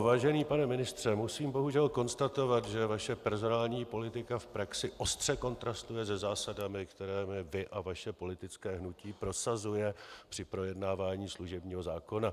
Vážený pane ministře, musím bohužel konstatovat, že vaše personální politika v praxi ostře kontrastuje se zásadami, které vy a vaše politické hnutí prosazuje při projednávání služebního zákona.